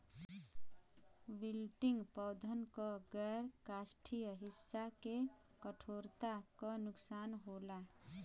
wilting पौधन क गैर काष्ठीय हिस्सा के कठोरता क नुकसान होला